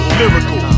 lyrical